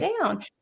down